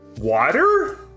Water